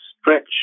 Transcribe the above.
stretch